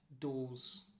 doors